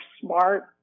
smart